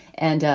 and,